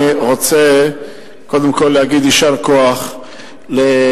אני רוצה קודם כול להגיד יישר כוח לידידי